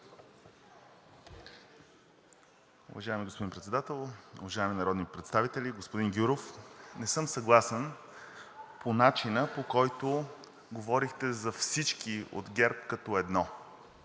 Уважаеми господин Председател, уважаеми народни представители! Господин Гюров, не съм съгласен с начина, по който говорихте за всички от ГЕРБ като едно.